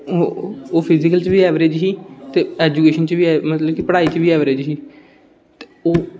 ओह् oh physical च बी ऐवरेज ही ते एजुकेशन च बी ऐव मतलब कि पढ़ाई च बी ऐवरेज ही ते ओह्